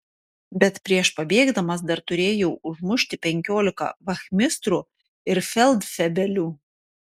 bet prieš pabėgdamas dar turėjau užmušti penkiolika vachmistrų ir feldfebelių